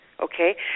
okay